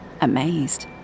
amazed